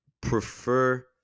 prefer